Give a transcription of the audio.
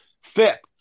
FIP